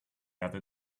other